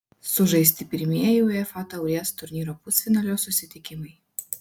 sužaisti pirmieji uefa taurės turnyro pusfinalio susitikimai